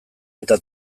eta